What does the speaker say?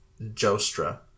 Jostra